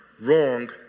wrong